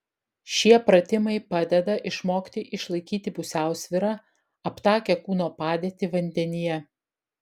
šie pratimai padeda išmokti išlaikyti pusiausvyrą aptakią kūno padėtį vandenyje